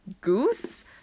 Goose